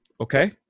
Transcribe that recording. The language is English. okay